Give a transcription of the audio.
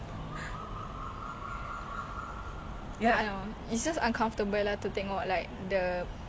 is very sedih ya macam kalau cause the thing is um like the older generation tak nak pergi I'm not saying